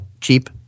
cheap